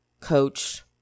coach